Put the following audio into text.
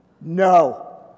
no